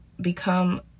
become